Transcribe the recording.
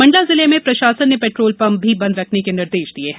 मंडला जिले में प्रशासन ने पेट्रोल पंप भी बंद रखने के निर्देश दिये हैं